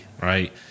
Right